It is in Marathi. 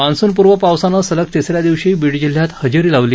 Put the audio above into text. मान्सूनपूर्व पावसाने सलग तिसऱ्या दिवशी बीड जिल्ह्यात हजेरी लावली